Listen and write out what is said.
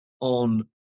on